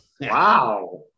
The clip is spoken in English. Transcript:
Wow